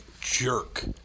jerk